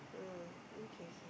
oh okay okay